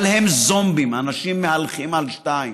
אבל הם זומבים, אנשים מהלכים על שתיים.